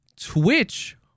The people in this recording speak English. twitch